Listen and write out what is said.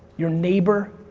your neighbor,